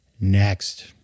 Next